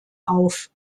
auf